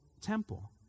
temple